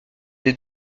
des